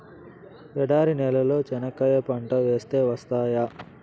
ఎడారి నేలలో చెనక్కాయ పంట వేస్తే వస్తాయా?